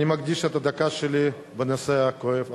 אני מקדיש את הדקה שלי לנושא הכואב הזה.